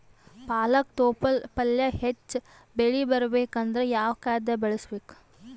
ಪಾಲಕ ತೊಪಲ ಪಲ್ಯ ಹೆಚ್ಚ ಬೆಳಿ ಬರಬೇಕು ಅಂದರ ಯಾವ ಖಾದ್ಯ ಬಳಸಬೇಕು?